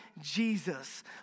Jesus